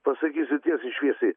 pasakysiu tiesiai šviesiai